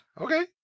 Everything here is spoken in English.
Okay